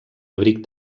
abric